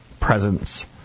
presence